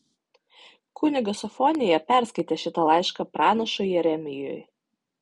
kunigas sofonija perskaitė šitą laišką pranašui jeremijui